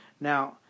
Now